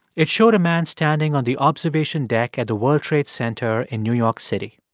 it showed a man standing on the observation deck at the world trade center in new york city.